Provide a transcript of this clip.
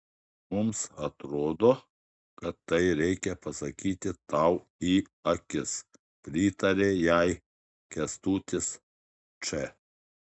mums atrodo kad tai reikia pasakyti tau į akis pritarė jai kęstutis č